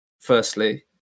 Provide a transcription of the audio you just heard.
firstly